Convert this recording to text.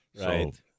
Right